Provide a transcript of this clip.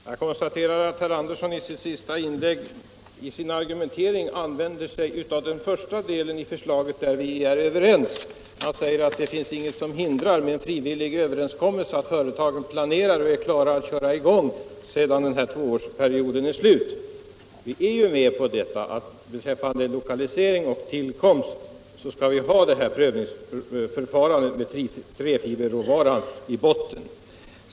Herr talman! Jag konstaterar att herr Andersson i Gamleby i sin argumentering använder sig av den första delen i förslaget, där vi är överens. Han säger att ingenting hindrar en frivillig överenskommelse, att företagen planerar och gör sig klara att köra i gång när den här tvåårsperioden är slut. Vi är ju med på att beträffande lokalisering och tillkomst ha ett prövningsförfarande med träfiberråvaran i botten.